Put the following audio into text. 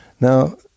Now